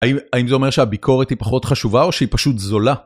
האם האם זה אומר שהביקורת היא פחות חשובה או שהיא פשוט זולה?